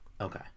Okay